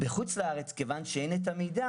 בחו"ל כיוון שאין המידע